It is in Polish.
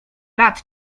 lat